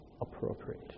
appropriate